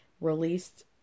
released